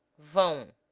fome,